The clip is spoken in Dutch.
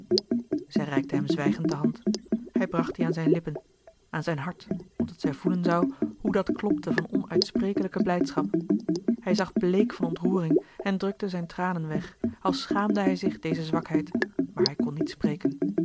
zij reikte hem zwijgend de hand hij bracht die aan zijne lippen aan zijn hart opdat zij voelen zou hoe dat klopte van onuitsprekelijke blijdschap hij zag bleek van ontroering en drukte zijne tranen weg als schaamde hij zich deze zwakheid maar hij kon niet spreken